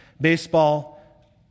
Baseball